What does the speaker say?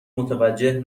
متوجه